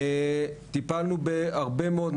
טיפלנו בהרבה מאוד,